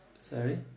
Sorry